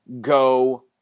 go